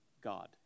God